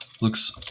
Looks